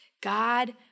God